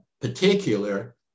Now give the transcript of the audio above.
particular